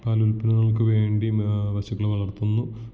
പാലുൽപ്പന്നങ്ങൾക്ക് വേണ്ടി പശുക്കളെ വളർത്തുന്നു